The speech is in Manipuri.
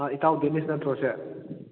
ꯑꯥ ꯏꯇꯥꯎ ꯗꯦꯅꯤꯁ ꯅꯠꯇ꯭ꯔꯣꯁꯦ